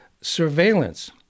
surveillance